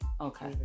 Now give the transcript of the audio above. okay